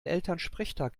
elternsprechtag